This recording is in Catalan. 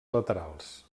laterals